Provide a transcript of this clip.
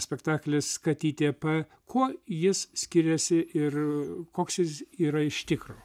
spektaklis katytė p kuo jis skiriasi ir koks jis yra iš tikro